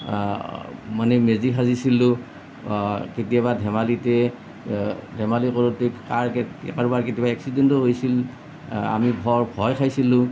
মানে মেজি সাজিছিলোঁ কেতিয়াবা ধেমালিতে ধেমালি কৰোঁতে কাৰ কেতিয়া কাৰোবাৰ কেতিয়াবা এক্সিডেন্টো হৈছিল আমি বৰ ভয় খাইছিলোঁ